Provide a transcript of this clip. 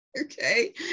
Okay